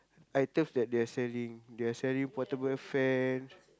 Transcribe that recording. items that they are selling they are selling portable fans